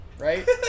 right